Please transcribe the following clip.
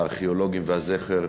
הארכיאולוגיים והזכר,